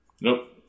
Nope